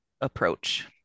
approach